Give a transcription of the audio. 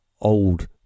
old